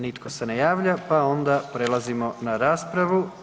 Nitko se ne javlja, pa onda prelazimo na raspravu.